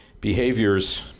behaviors